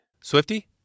Swifty